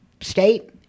state